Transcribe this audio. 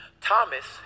Thomas